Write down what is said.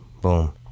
Boom